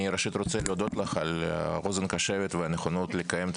אני רוצה להודות לך על האוזן הקשבת והנכונות לקיים את